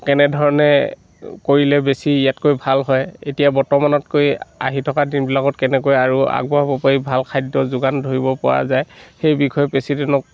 কেনেধৰণে কৰিলে বেছি ইয়াতকৈ ভাল হয় এতিয়া বৰ্তমানতকৈ আহি থকা দিনবিলাকত কেনেকৈ আৰু আগুৱাব পাৰি ভাল খাদ্য যোগান ধৰিব পৰা যায় সেই বিষয়ে প্ৰেছিডেণ্টক